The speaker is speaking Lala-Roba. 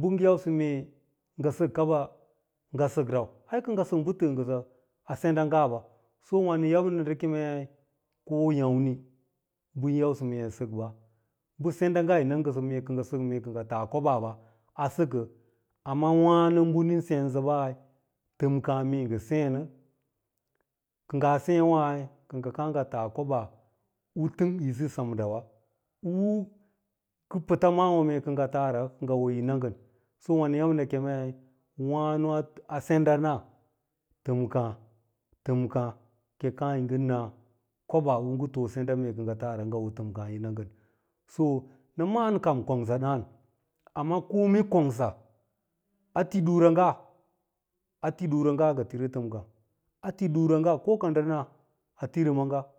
bɚ yausɚ kɚ ngɚ sɚk kaba ngɚ sɚkrau, ai kɚ ngɚ sɚk bɚ tɚɚ ngɚsɚ a senda ngaɓa, so wà nɚn nɚ ndɚ kemei ko yàmni bɚ yin yausɚ mee yi sɚk ɓa, bɚ senda inga yina ngɚ sɚ mee kɚ ngɚ sɚk a mee kɚ ngɚ taa koɓaaɓa a sɚkɚ, amma mara bɚ nɚn sɚn sɚɓni tɚmkà mee ngɚ sêênɚ kɚ ngan sêê wai kɚ ngɚ kàà ngɚ taa koɓaa u tɚngre lisi semrawa, u ngɚ pɚta ma’awo kɚ ngɚ taarawa kɚ ngɚ hoo yi na ngan, so wà nɚr yau nɚ kemei wànoa senɗana tɚmka, tɚmkà ki yi kàà yi ngɚ koɓaa u ngɚ too senda kɚ ngɚ kàà ngɚ taarawa ngɚ hoo tɚmkà yi na ngɚn, so nɚ ma’an kam kongsa ɗaàn amma kome kongsa a ti nra nga, ati ɗura nga ngɚ tiri tɚmka, a ti, ɗura’nga ko ka nɗɚ na a tim maaga